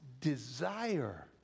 desire